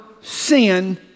sin